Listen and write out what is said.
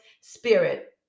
spirit